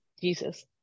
Jesus